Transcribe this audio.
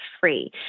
free